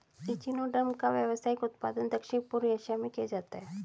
echinoderm का व्यावसायिक उत्पादन दक्षिण पूर्व एशिया में किया जाता है